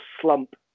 slump